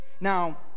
Now